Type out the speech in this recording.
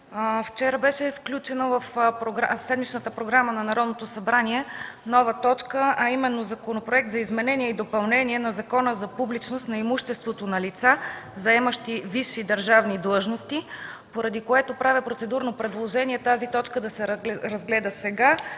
Вчера беше включена в седмичната програма на Народното събрание нова точка, а именно Законопроект за изменение и допълнение на Закона за публичност на имуществото на лица, заемащи висши държавни длъжности, поради което правя процедурно предложение тази точка да се разгледа сега,